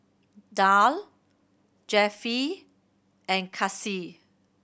Darl Jeffie and Kasey